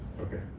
Okay